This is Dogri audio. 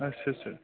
अच्छा अच्छा